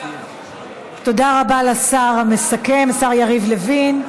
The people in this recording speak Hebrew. תודה רבה לשר המסכם, השר יריב לוין.